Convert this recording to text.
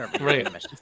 Right